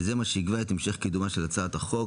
וזה מה שיקבע את המשך קידומה של הצעת החוק,